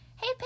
Hey